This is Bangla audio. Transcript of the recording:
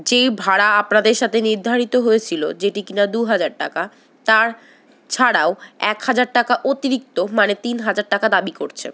যেই ভাড়া আপনাদের সাথে নির্ধারিত হয়েছিল যেটি কিনা দু হাজার টাকা তার ছাড়াও এক হাজার টাকা অতিরিক্ত মানে তিন হাজার টাকা দাবি করছে